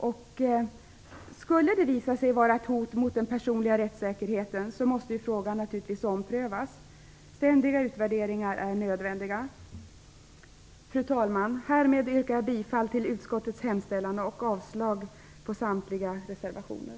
Om den skulle visa sig vara ett hot mot den personliga rättssäkerheten måste frågan naturligtvis omprövas. Ständiga utvärderingar är nödvändiga. Fru talman! Härmed yrkar jag bifall till utskottets hemställan och avslag på samtliga reservationer.